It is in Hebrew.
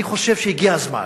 אני חושב שהגיע הזמן